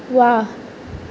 व्वा